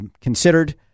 considered